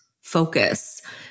focus